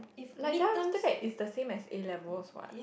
like then after that its the same as a-levels what